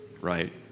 right